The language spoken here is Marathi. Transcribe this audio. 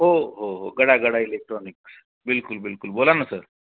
हो हो हो गडा गडा इलेक्ट्रॉनिक्स बिलकुल बिलकुल बोला ना सर